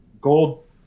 gold